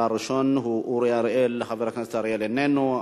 והראשון הוא אורי אריאל, חבר הכנסת אריאל איננו.